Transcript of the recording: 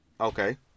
Okay